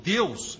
Deus